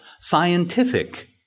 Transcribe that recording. scientific